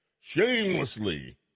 shamelessly